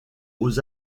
aux